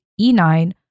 E9